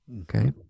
Okay